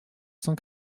cent